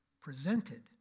presented